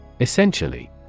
Essentially